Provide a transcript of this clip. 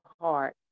heart